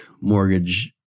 mortgage